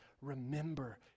Remember